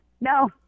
No